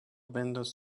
بنداز